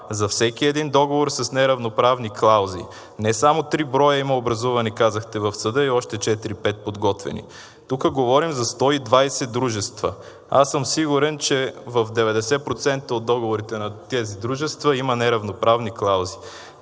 за всеки един договор с неравноправни клаузи. Не само три броя има образувани, казахте в съда и още 4 – 5 подготвени. Тук говорим за 120 дружества. Аз съм сигурен, че в 90% от договорите на тези дружества има неравноправни клаузи.